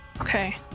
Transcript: Okay